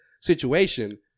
situation